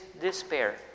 despair